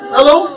Hello